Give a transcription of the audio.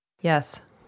Yes